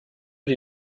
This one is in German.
die